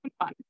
fun